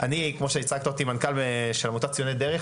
כמו שהצגת אותי, אני מנכ"ל של עמותת ציוני דרך.